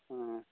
ᱚᱻ